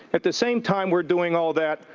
at the same time we're doing all that,